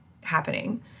happening